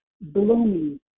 blooming